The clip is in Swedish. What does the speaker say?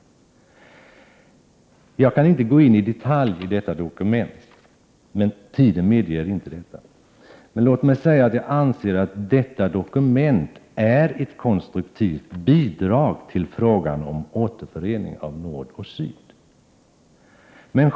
Jag kan inte i detalj gå in på detta dokument, eftersom taletiden inte medger det. Jag vill därför bara säga att jag anser att detta dokument är ett konstruktivt bidrag i fråga om återföreningen av Nordoch Sydkorea.